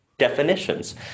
definitions